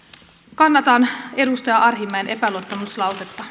kannatan edustaja arhinmäen epäluottamuslausetta